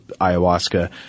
ayahuasca